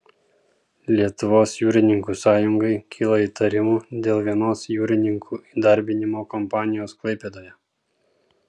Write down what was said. lietuvos jūrininkų sąjungai kyla įtarimų dėl vienos jūrininkų įdarbinimo kompanijos klaipėdoje